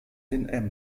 den